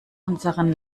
unseren